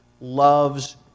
loves